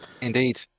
indeed